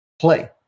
Play